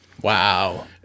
Wow